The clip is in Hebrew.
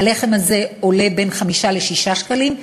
הלחם הזה עולה בין 5 ל-6 שקלים,